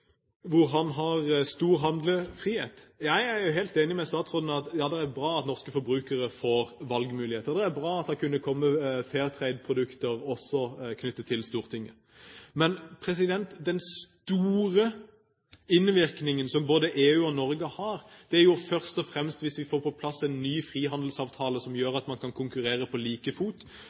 hvor han har stor handlefrihet. Jeg er helt enig med statsråden i at det er bra at norske forbrukere får valgmuligheter, og det er bra at det også kunne komme fair trade-produkter knyttet til Stortinget. Men den store innvirkningen som både EU og Norge kan ha, kommer først og fremst hvis vi får på plass en ny frihandelsavtale som gjør at man kan konkurrere på like fot,